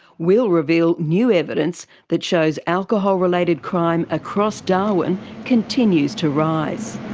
we'll reveal new evidence that shows alcohol related crime across darwin continues to rise.